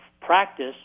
practice